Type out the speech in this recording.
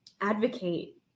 advocate